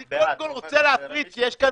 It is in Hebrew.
אני קודם כל רוצה להפריד כי יש כאן